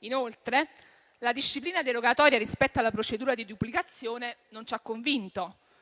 Inoltre, la disciplina derogatoria rispetto alla procedura di duplicazione non ci ha convinto.